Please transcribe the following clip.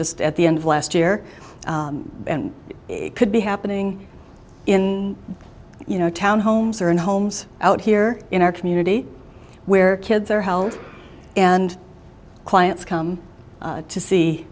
just at the end of last year and it could be happening in you know town homes or in homes out here in our community where kids are held and clients come to see